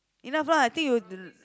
enough lah I think you th~